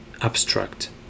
Abstract